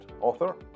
author